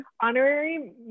honorary